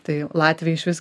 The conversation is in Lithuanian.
tai latviai išvis